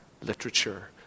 Literature